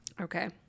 Okay